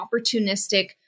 opportunistic